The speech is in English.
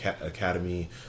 Academy